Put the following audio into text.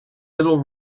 little